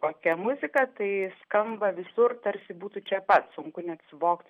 kokia muzika tai skamba visur tarsi būtų čia pat sunku net suvokti